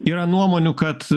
yra nuomonių kad